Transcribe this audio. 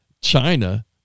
China